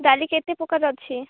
ଡାଲି କେତେ ପ୍ରକାର ଅଛି